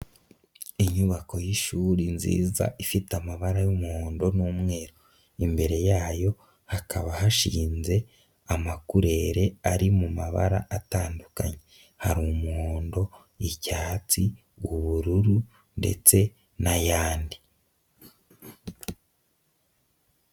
Inyubako y'ishuri nziza ifite amabara y'umuhondo n'umweru, imbere yayo hakaba hashinze amakurere ari mu mabara atandukanye, hari umuhondo, icyatsi, ubururu, ndetse n'yandi.